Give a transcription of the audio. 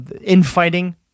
infighting